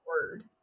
word